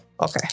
okay